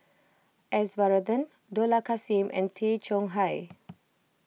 S Varathan Dollah Kassim and Tay Chong Hai